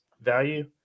value